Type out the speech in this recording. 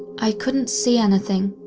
i couldn't see anything,